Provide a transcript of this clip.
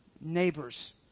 neighbors